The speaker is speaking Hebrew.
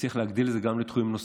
שנצליח להגדיל את זה לתחומים נוספים.